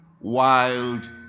wild